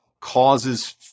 causes